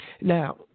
Now